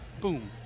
Boom